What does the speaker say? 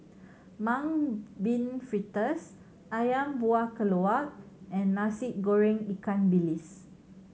Mung Bean Fritters Ayam Buah Keluak and Nasi Goreng ikan bilis